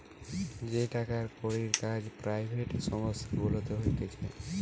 যেই টাকার কড়ির কাজ পেরাইভেট সংস্থা গুলাতে হতিছে